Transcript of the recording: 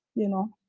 you know.